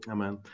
Amen